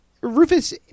Rufus